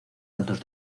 altos